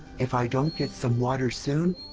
if i don't get some water soon,